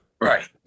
Right